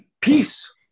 peace